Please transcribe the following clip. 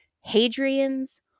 Hadrian's